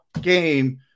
game